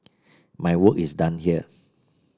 my work is done here